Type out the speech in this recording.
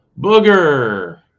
Booger